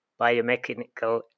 biomechanical